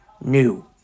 New